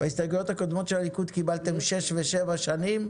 בהסתייגויות הקודמות של הליכוד דיברתם על שש ושבע שנים.